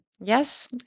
Yes